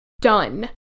done